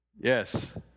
Yes